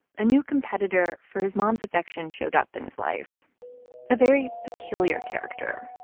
a new competitor for his mom's affection showed up in his life a very peculiar character,